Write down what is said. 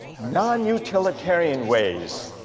non utilitarian ways